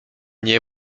nie